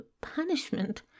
Punishment